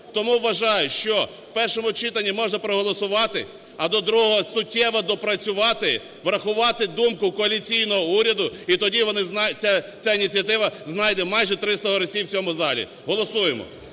Тому вважаю, що в першому читанні можна проголосувати, а до другого суттєво доопрацювати, врахувати думку коаліційного уряду, і тоді ця ініціатива знайде майже 300 голосів в цьому залі. Голосуємо.